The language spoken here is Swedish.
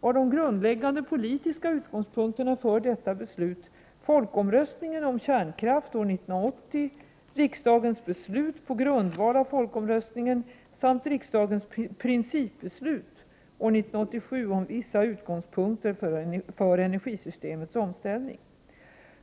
var de grundläggande politisk utgångspunkterna för detta beslut folkomröstningen om kärnkraft år 1980, riksdagens beslut på grundval av folkomröstningen samt riksdagens principbeslut år 1987 om vissa utgångspunkter för energisystemets omställning.